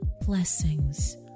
blessings